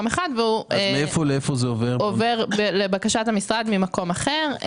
אחד והוא מועבר לבקשת המשרד למקום אחר.